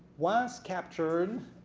was captured.